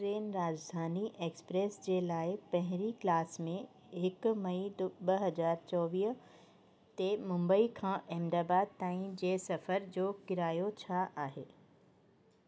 train Rajdhani express जे लाइ पहिरीं क्लास में हिकु मई ॿ हज़ार चोवीह ते मुंबई खां अहमदाबाद ताईं जे सफ़र जो किरायो छा आहे